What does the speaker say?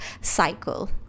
cycle